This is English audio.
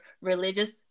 religious